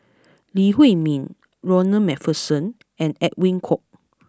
Lee Huei Min Ronald MacPherson and Edwin Koek